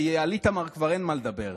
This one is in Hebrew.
כי על איתמר כבר אין מה לדבר,